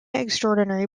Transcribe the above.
extraordinary